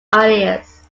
ideas